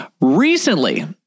Recently